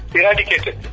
eradicated